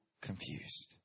confused